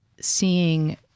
seeing